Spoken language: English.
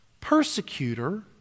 persecutor